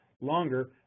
longer